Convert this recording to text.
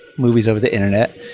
movies over the internet,